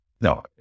no